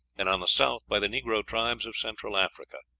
and on the south by the negro tribes of central africa.